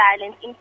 violence